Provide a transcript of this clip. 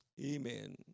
Amen